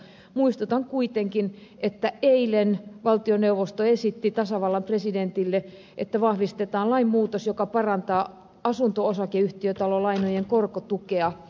muistutan kuitenkin että eilen valtioneuvosto esitti tasavallan presidentille että vahvistetaan lainmuutos joka parantaa asunto osakeyhtiötalolainojen korkotukea